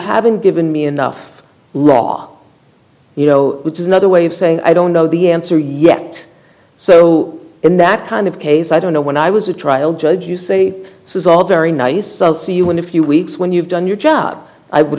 haven't given me enough law you know which is another way of saying i don't know the answer yet so in that kind of case i don't know when i was a trial judge you say this is all very nice to see you in a few weeks when you've done your job i would